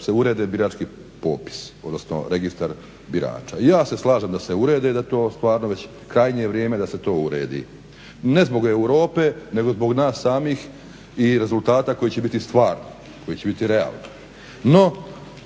se urede birački popisi odnosno registar birača i ja se slažem da se urede, da je to stvarno već krajnje vrijeme da se to uredi, ne zbog Europe nego zbog nas samih i rezultata koji će biti stvarni, koji će biti realni.